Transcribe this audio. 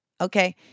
okay